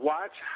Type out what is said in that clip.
Watch